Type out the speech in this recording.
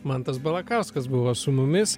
mantas balakauskas buvo su mumis